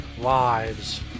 lives